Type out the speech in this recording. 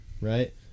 right